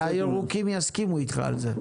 הירוקים יסכימו אתך על זה.